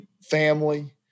family